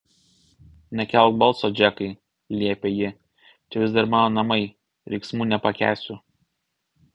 nekelk balso džekai liepė ji čia vis dar mano namai riksmų nepakęsiu